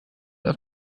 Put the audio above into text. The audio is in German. auf